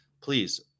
Please